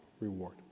reward